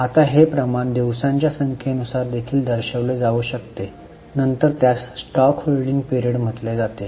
आता हे प्रमाण दिवसांच्या संख्ये नुसार देखील दर्शविले जाऊ शकते नंतर त्यास स्टॉक होल्डिंग पीरियड म्हटले जाते